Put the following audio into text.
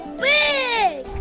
big